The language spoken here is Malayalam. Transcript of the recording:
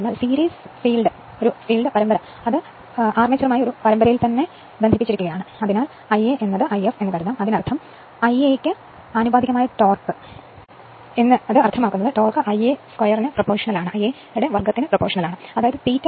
സീരീസ് ഫീൽഡ് അർമേച്ചറുമായി പരമ്പരയിൽ ബന്ധിപ്പിച്ചിരിക്കുന്നതിനാൽ Ia If അതായത് Ia യ്ക്ക് ആനുപാതികമായ ടോർക്ക് എന്നാൽ Ia 2 ന് ആനുപാതികമായ ടോർക്ക് എന്നാണ് അർത്ഥമാക്കുന്നത്